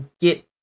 get